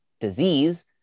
disease